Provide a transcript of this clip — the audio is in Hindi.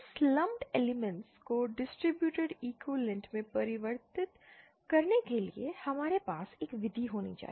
इस लंपड एलिमेंट्स को डिस्टर्बेटेड इकोईवैलेंट में परिवर्तित करने के लिए हमारे पास एक विधि होनी चाहिए